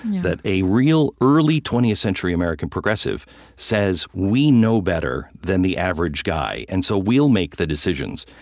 that a real early twentieth century american progressive says, we know better than the average guy, and so we'll make the decisions.